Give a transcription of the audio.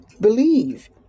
believe